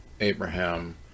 Abraham